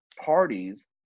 parties